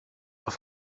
auf